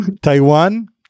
Taiwan